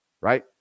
right